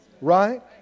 right